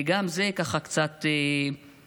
גם זה ככה קצת מחשיד.